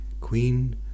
Queen